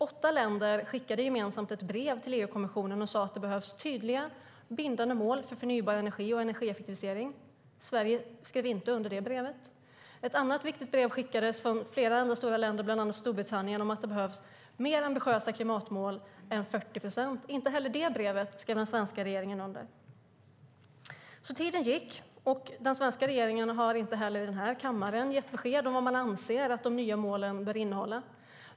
Åtta länder skickade gemensamt ett brev till EU-kommissionen och sade att det behövs tydliga, bindande mål för förnybar energi och energieffektivisering. Sverige skrev inte under det brevet. Ett annat viktigt brev skickades från flera andra stora länder, bland annat Storbritannien, om att det behövs mer ambitiösa klimatmål än 40 procent. Inte heller det brevet skrev den svenska regeringen under. Tiden gick, och den svenska regeringen har inte heller i denna kammare gett besked om vad man anser att de nya målen bör innehålla.